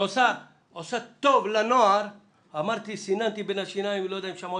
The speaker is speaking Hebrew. שהתנועה עושה טוב לנוער סיננתי בין שיני ואני לו יודע אם שמעו